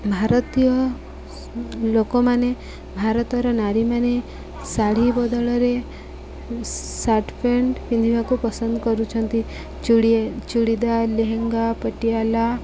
ଭାରତୀୟ ଲୋକମାନେ ଭାରତର ନାରୀମାନେ ଶାଢ଼ୀ ବଦଳରେ ସାର୍ଟ ପ୍ୟାଣ୍ଟ ପିନ୍ଧିବାକୁ ପସନ୍ଦ କରୁଛନ୍ତି ଚୁଡ଼ି ଚୁଡ଼ିଦାର୍ ଲେହେଙ୍ଗା ପଟିଆଲା